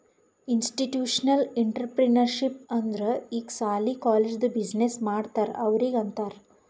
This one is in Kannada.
ಇನ್ಸ್ಟಿಟ್ಯೂಷನಲ್ ಇಂಟ್ರಪ್ರಿನರ್ಶಿಪ್ ಅಂದುರ್ ಈಗ ಸಾಲಿ, ಕಾಲೇಜ್ದು ಬಿಸಿನ್ನೆಸ್ ಮಾಡ್ತಾರ ಅವ್ರಿಗ ಅಂತಾರ್